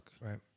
right